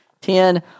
ten